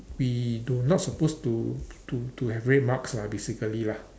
we don't not supposed to to to have red marks lah basically lah